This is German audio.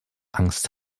angst